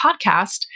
podcast